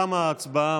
תמה ההצבעה.